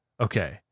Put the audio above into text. Okay